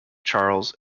charles